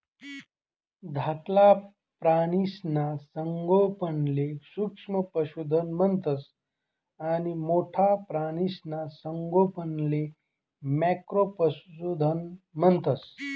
धाकला प्राणीसना संगोपनले सूक्ष्म पशुधन म्हणतंस आणि मोठ्ठा प्राणीसना संगोपनले मॅक्रो पशुधन म्हणतंस